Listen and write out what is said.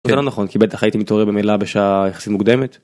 לא נכון כי בטח הייתי מתעורר במילא בשעה יחסית מוקדמת.